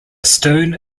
stone